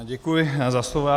Děkuji za slovo.